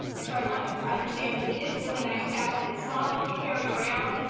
and so i want them to understand that it is really nice tablet. it's small enough to carry around,